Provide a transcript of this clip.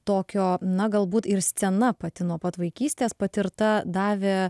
tokio na galbūt ir scena pati nuo pat vaikystės patirta davė